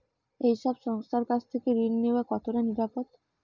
এই সব সংস্থার কাছ থেকে ঋণ নেওয়া কতটা নিরাপদ?